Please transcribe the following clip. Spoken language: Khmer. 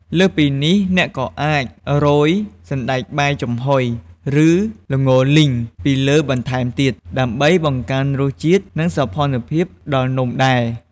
លើសពីនេះ អ្នកក៏អាចរោយសណ្ដែកបាយចំហុយ ឬល្ងលីងពីលើបន្ថែមទៀត ដើម្បីបង្កើនរសជាតិ និងសោភ័ណភាពដល់នំដែរ។